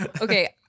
okay